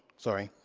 sorry,